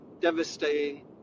devastating